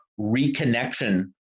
reconnection